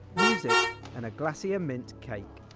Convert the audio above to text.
music and a glacier mint cake.